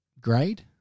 grade